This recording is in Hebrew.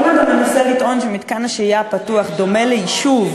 אם אתה מנסה לטעון שמתקן השהייה הפתוח דומה ליישוב,